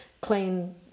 clean